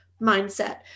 mindset